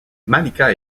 malika